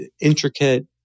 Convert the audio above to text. intricate